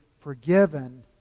forgiven